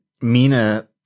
Mina